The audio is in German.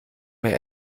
mehr